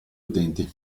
utenti